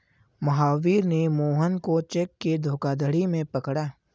महावीर ने मोहन को चेक के धोखाधड़ी में पकड़ा